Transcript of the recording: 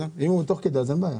אם הוא יבוא תוך כדי, אז אין בעיה.